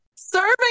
Serving